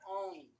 own